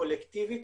קולקטיבית,